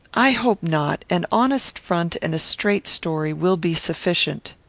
i hope not. an honest front and a straight story will be sufficient.